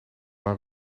haar